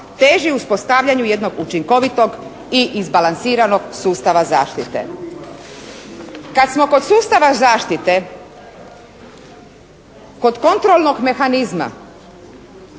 teži uspostavljanju jednog učinkovitog i izbalansiranog sustava zaštite. Kad smo kod sustava zaštite kod kontrolnog mehanizma